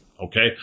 Okay